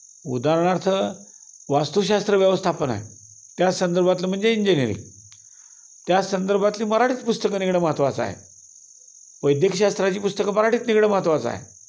उदाहरणार्थ वास्तुशास्त्र व्यवस्थापन आहे त्या संदर्भातलं म्हणजे इंजिनीअरिंग त्या संदर्भातली मराठीत पुस्तकं निघणं महत्वाचं आहे वैद्यकशास्त्राची पुस्तकं मराठीत निघणं महत्त्वाचं आहे